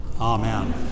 Amen